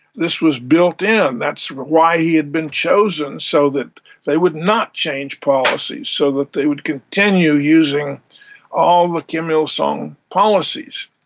this was built in, that's why he had been chosen, so that they would not change policies, so that they would continue using all the kim il-sung policies.